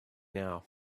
now